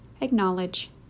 acknowledge